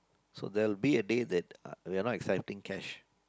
so they will be a day that uh we are not accepting cash